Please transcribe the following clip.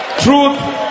Truth